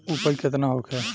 उपज केतना होखे?